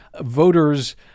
voters